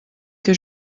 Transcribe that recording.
que